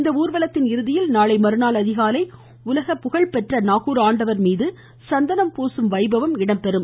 இந்த ஊர்வலத்தின் இறுதியில் நாளை மறுநாள் அதிகாலை உலகப்புகழ்பெற்ற நாகூர் ஆண்டவர் மீது சந்தனம் பூசும் வைபவம் நடைபெறும்